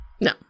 No